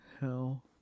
hell